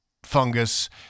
fungus